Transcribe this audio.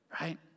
right